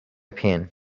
pen